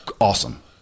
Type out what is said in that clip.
Awesome